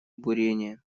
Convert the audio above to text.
бурение